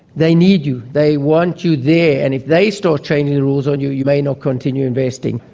they need you. they want you there. and if they start changing the rules on you, you may not continue investing.